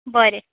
बरें